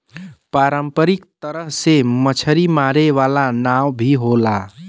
पारंपरिक तरह से मछरी मारे वाला नाव भी होला